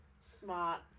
Smart